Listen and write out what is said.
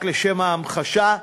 רק לשם ההמחשה,